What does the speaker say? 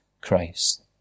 Christ